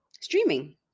streaming